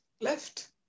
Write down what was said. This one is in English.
left